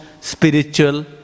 spiritual